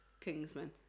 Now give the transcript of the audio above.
Kingsman